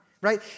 right